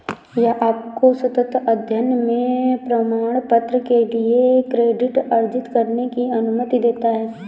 यह आपको सतत अध्ययन में प्रमाणपत्र के लिए क्रेडिट अर्जित करने की अनुमति देता है